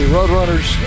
Roadrunners